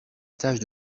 stages